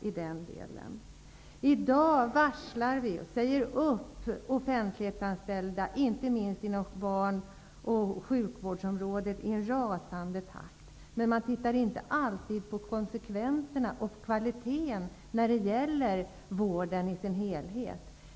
I dag varslar vi och säger upp offentligt anställda, inte minst inom barn och sjukvårdsområdet, i en rasande takt. Man ser inte alltid till konsekvenserna och kvaliteten när det gäller vården i sin helhet.